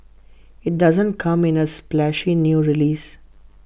IT doesn't come in A splashy new release